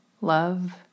love